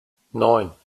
neun